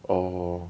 orh